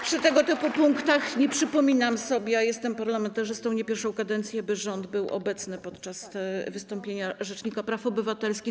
Przy tego typu punktach nie przypominam sobie, a jestem parlamentarzystą nie pierwszą kadencję, by rząd był obecny podczas wystąpienia rzecznika praw obywatelskich.